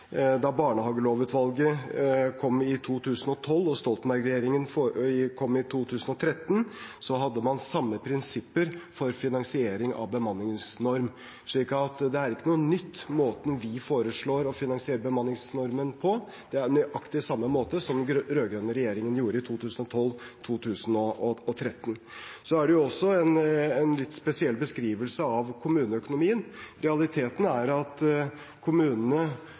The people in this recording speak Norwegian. Da barnehagelovutvalget kom i 2012 – og med Stoltenberg-regjeringen i 2013 – hadde man samme prinsipper for finansiering av bemanningsnorm. Så det er ikke noe nytt i måten vi foreslår å finansiere bemanningsnormen på. Det er på nøyaktig samme måte som den rød-grønne regjeringen gjorde det i 2012–2013. Det er også en litt spesiell beskrivelse av kommuneøkonomien. Realiteten er at kommunene